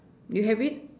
you have it